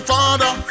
Father